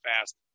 fast